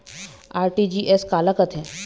RTGS काला कथें?